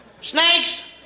Snakes